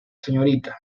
srta